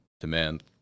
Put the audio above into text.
demand